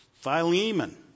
Philemon